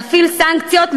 להפעיל סנקציות,